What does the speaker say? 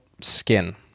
skin